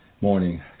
morning